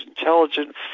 Intelligent